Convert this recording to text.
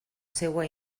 seua